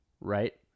right